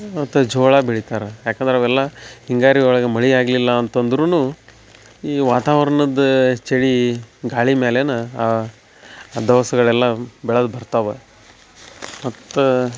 ಮತ್ತು ಜೋಳ ಬೆಳಿತಾರೆ ಯಾಕಂದ್ರ ಅವೆಲ್ಲ ಹಿಂಗಾರು ಒಳಗೆ ಮಳೆ ಆಗಲಿಲ್ಲಾ ಅಂತಂದರೂನು ಈ ವಾತಾವರ್ಣದ ಚಳಿ ಗಾಳಿ ಮೇಳೆನಾ ಆ ದವಸಗಳೆಲ್ಲ ಬೆಳದು ಬರ್ತಾವೆ ಮತ್ತು